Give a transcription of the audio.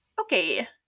okay